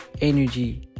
energy